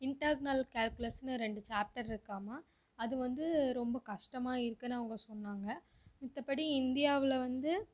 internal கால்குலஷன்னு ரெண்டு chapter இருக்காமாம் அது வந்து ரொம்ப கஷ்டமாக இருக்குன்னு அவங்க சொன்னாங்க மத்தபடி இந்தியாவில் வந்து